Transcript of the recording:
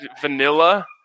vanilla